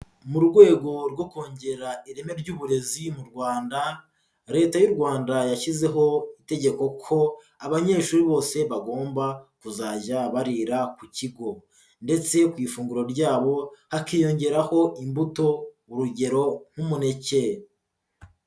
Mu rwego rwo kongera ireme ry'uburezi mu Rwanda, Leta y'u Rwanda yashyizeho itegeko ko abanyeshuri bose bagomba kuzajya barira ku kigo ndetse ku ifunguro ryabo hakiyongeraho imbuto, urugero nk'umuneke.